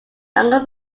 younger